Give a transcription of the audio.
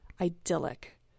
idyllic